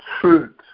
truth